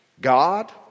God